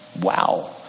Wow